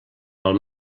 pel